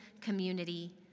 community